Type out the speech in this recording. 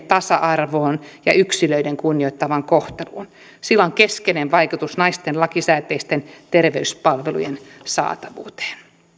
tasa arvoon ja yksilöiden kunnioittavaan kohteluun sillä on keskeinen vaikutus naisten lakisääteisten terveyspalvelujen saatavuuteen